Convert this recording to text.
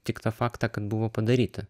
tik tą faktą kad buvo padaryta